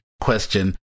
question